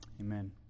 amen